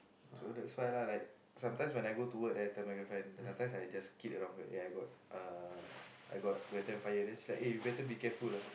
so that's why lah like sometimes when I go to work then I tell my girlfriend but sometimes I just kid around ah I got ah I got to attend fire then she like ah you better be careful lah